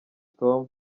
tom